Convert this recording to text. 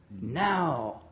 Now